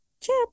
Chip